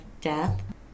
death